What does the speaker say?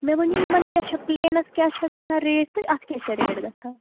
مےٚ ؤنِو یِمَن کیٛاہ چھےٚ پٕلینَس کیٛاہ چھےٚ گژھان ریٹ تہٕ اَتھ کیٛاہ چھےٚ ریٹ گژھان